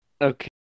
Okay